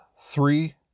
Three